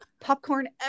popcorn